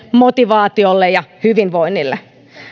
motivaatiossa ja hyvinvoinnissa